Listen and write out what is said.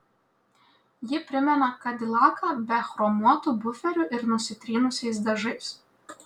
ji primena kadilaką be chromuotų buferių ir nusitrynusiais dažais